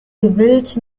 gewillt